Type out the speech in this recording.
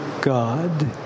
God